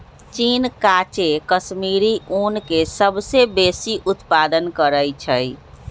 चीन काचे कश्मीरी ऊन के सबसे बेशी उत्पादन करइ छै